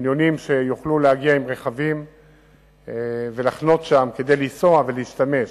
שיוכלו להגיע עם רכבים ולחנות שם כדי לנסוע ולהשתמש